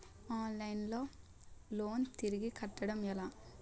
Online లో loan తిరిగి కట్టడం ఎలా?